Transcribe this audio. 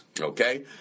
Okay